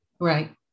Right